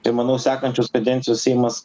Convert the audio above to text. tai manau sekančios kadencijos seimas